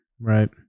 right